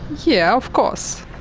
yeah, of course.